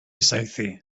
saethu